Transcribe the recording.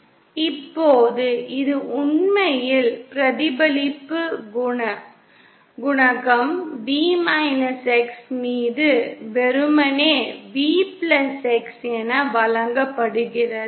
இப்போது இது உண்மையில் பிரதிபலிப்பு குணகம் V x மீது வெறுமனே V x என வழங்கப்படுகிறது